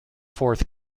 fourth